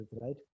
right